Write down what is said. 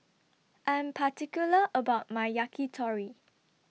I Am particular about My Yakitori